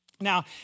Now